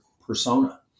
persona